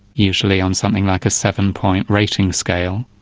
usually on something like a seven point rating scale.